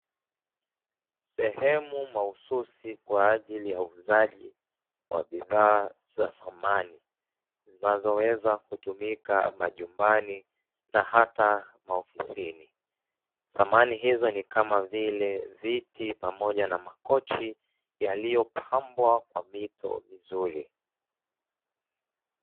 Sehemu mahususi kwa ajili ya uuzaji wa bidhaa za samani, zinazoweza kutumika majumbani na hata maofisini. Samani hizo ni kama vile viti pamoja na makochi yaliyopambwa kwa mito mizuri.